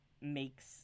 makes